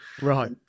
Right